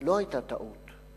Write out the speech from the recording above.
לא היתה טעות,